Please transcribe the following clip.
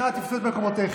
נא תפסו את מקומותיכם.